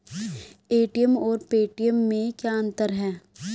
ATM और Paytm में क्या अंतर है?